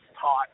taught